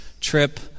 trip